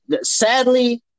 sadly